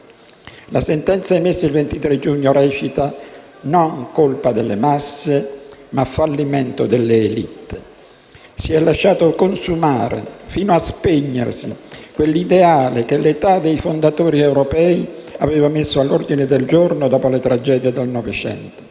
La sentenza emessa il 23 giugno recita: non colpa delle masse, ma fallimento delle *élite*. Si è lasciato consumare, fino a spegnersi, quell'ideale che l'età dei fondatori europeisti aveva messo all'ordine del giorno dopo le tragedie del Novecento.